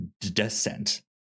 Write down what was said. descent